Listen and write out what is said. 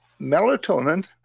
melatonin